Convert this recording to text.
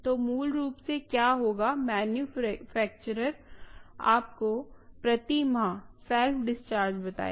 तो मूल रूप से क्या होगा मैन्युफैक्चरर आपको प्रति माह सेल्फ डिस्चार्ज बताएगा